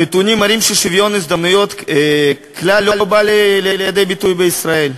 הנתונים מראים ששוויון הזדמנויות כלל לא בא לידי ביטוי בישראל.